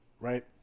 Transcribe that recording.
right